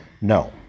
No